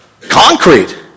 concrete